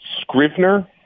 Scrivener